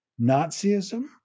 Nazism